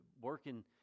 Working